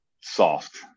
soft